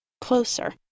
closer